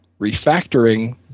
refactoring